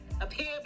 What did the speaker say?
Appear